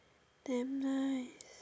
damn nice